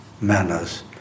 manners